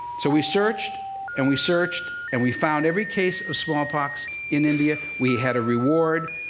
so we searched and we searched, and we found every case of smallpox in india. we had a reward.